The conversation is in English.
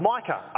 Micah